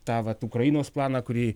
tą vat ukrainos planą kurį